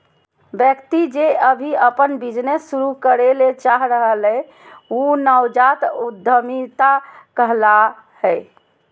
व्यक्ति जे अभी अपन बिजनेस शुरू करे ले चाह रहलय हें उ नवजात उद्यमिता कहला हय